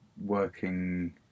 working